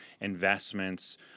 investments